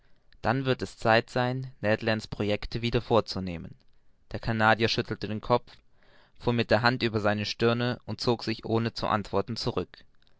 dann wird es zeit sein ned lands projecte wieder vorzunehmen der canadier schüttelte den kopf fuhr mit der hand über seine stirne und zog sich ohne zu antworten zurück